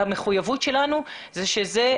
מחייב אותנו והחוק לא מחייב אותנו לטפל באנשים האלה